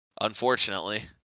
unfortunately